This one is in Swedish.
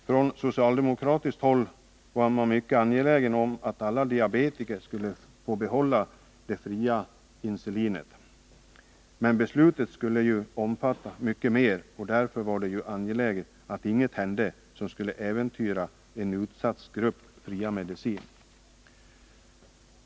Från socialdemokratiskt håll var man mycket angelägen om att alla diabetiker skulle få behålla det fria insulinet, men beslutet skulle omfatta mycket mer, och därför var det angeläget att inget hände som skulle äventyra en utsatt grupps fria medicin.